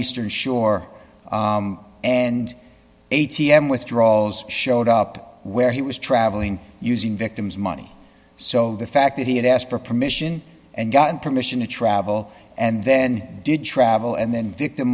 eastern shore and a t m withdrawals showed up where he was traveling using victims money so the fact that he had asked for permission and got permission to travel and then did travel and then victim